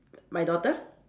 my daughter